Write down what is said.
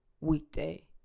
weekday